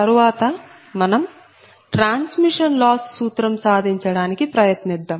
తరువాత మనం transmission loss సూత్రం సాధించడానికి ప్రయత్నిద్దాం